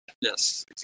Yes